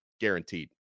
guaranteed